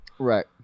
Right